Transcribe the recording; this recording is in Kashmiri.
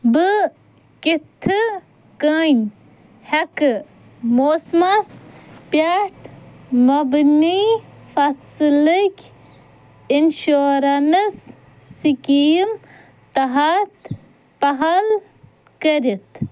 بہٕ کِتھ کٔنۍ ہیٚکہٕ موسمَس پٮ۪ٹھ مبنی فصلٕکۍ اِنشوریٚنٕس سِکیٖم تحت پہل کٔرِتھ